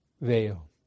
veil